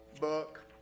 book